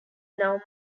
now